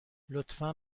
لطفا